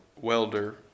welder